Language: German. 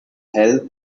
hell